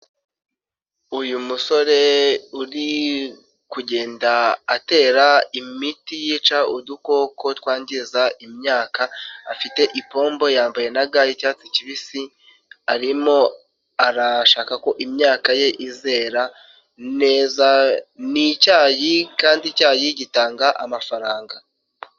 Uyu musore uri kugenda atera imiti yica udukoko twangiza imyaka, afite ipombo yambaye na ga y'i icyatsi kibisi, arimo arashaka ko imyaka ye izera neza, ni icyayi kandi icyayi gitanga amafaranga.